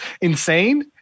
insane